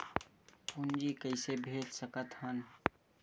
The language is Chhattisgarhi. पूंजी कइसे भेज सकत हन?